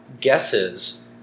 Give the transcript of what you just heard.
guesses